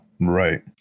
Right